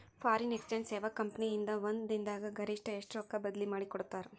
Foreign exchange ಸೇವಾ company ಇಂದಾ ಒಂದ್ ದಿನ್ ದಾಗ್ ಗರಿಷ್ಠ ಎಷ್ಟ್ ರೊಕ್ಕಾ ಬದ್ಲಿ ಮಾಡಿಕೊಡ್ತಾರ್?